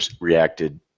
reacted